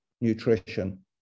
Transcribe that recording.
nutrition